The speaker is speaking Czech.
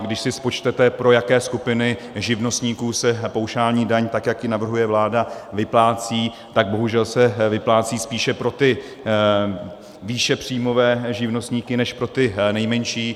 Když si spočtete, pro jaké skupiny živnostníků se paušální daň, tak jak ji navrhuje vláda, vyplácí, tak bohužel se vyplácí spíše pro výšepříjmové živnostníky než pro ty nejmenší.